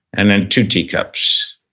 and then two teacups